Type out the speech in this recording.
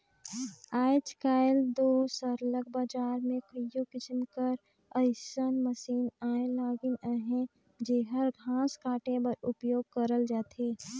आएज काएल दो सरलग बजार में कइयो किसिम कर अइसन मसीन आए लगिन अहें जेहर घांस काटे बर उपियोग करल जाथे